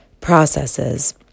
processes